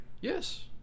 Yes